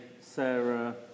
Sarah